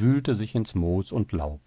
wühlte sich ins moos und laub